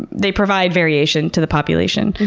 they provide variation to the population,